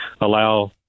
allow